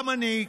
גם אני,